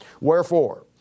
Wherefore